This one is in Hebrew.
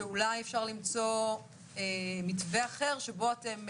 שאולי אפשר למצוא מתווה אחר שבו אתם,